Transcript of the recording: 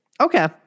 Okay